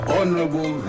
Honorable